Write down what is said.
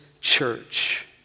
church